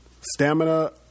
stamina